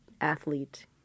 athlete